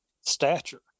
stature